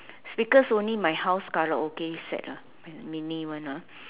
speakers only my house karaoke set ah my mini one ah